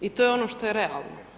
I to je ono što je realno.